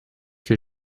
que